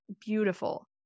beautiful